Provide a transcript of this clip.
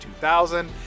2000